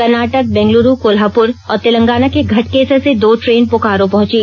कर्नाटक बेंगलुरु कोल्हापुर और तेलंगाना के घटकेसर से दो ट्रेन बोकारो पहुंची